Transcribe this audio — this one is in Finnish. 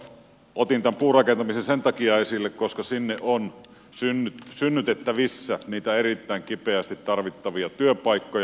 otin tämän puurakentamisen esille sen takia että sinne on synnytettävissä niitä erittäin kipeästi tarvittavia työpaikkoja